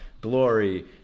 glory